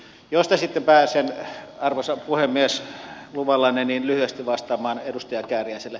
mistä sitten pääsen arvoisa puhemies luvallanne lyhyesti vastaamaan edustaja kääriäiselle